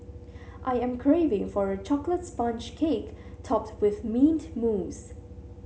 I am craving for a chocolate sponge cake topped with mint mousse